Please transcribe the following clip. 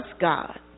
god